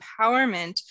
empowerment